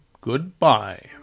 Goodbye